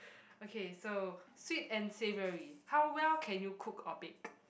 okay so sweet and savory how well can you cook or bake